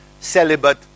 celibate